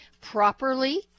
properly